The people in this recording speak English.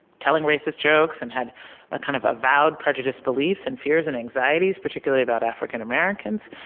telling racist jokes and had ah kind of avowed prejudiced beliefs and fears and anxieties, particularly about african americans,